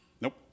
nope